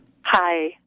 Hi